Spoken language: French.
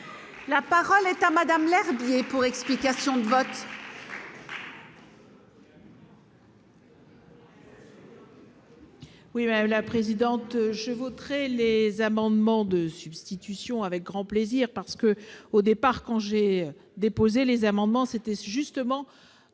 La parole est à Madame Lherbier pour explication de vote. Oui, mais la présidente je voterai les amendements de substitution avec grand plaisir parce que au départ quand j'ai déposé les amendements, c'était justement